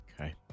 Okay